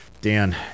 Dan